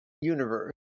universe